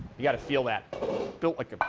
you got to feel that built like